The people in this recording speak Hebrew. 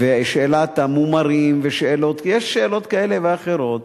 ושאלת המומרים ושאלות, יש שאלות כאלה ואחרות,